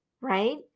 right